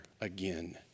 again